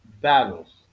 battles